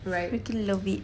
freaking love it